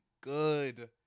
good